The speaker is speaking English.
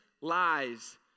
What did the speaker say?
lies